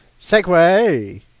Segway